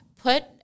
put